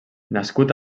nascut